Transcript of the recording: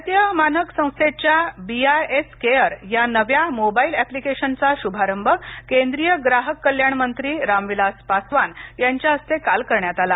भारतीय मानक संस्थेच्या बी आय एस केअर यानव्या मोबाईल एप्लिकेशनचा शुभारंभ केंद्रीय ग्राहक कल्याणमंत्री रामविलास पासवानयांच्या हस्ते काल करण्यात आला